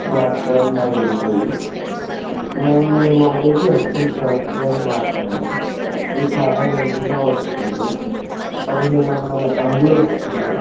broadband అవి ఉంటాయి మేము వాడేది ఎక్సెల్ బ్రాడ్బ్యాండ్ వాడుతున్నాము అది చాలా వేగంగా వస్తుంది పదిహేను వందల ఎంబి వస్తుంది